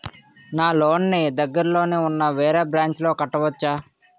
నా లోన్ నీ దగ్గర్లోని ఉన్న వేరే బ్రాంచ్ లో కట్టవచా?